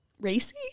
racy